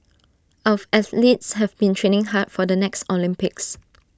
of athletes have been training hard for the next Olympics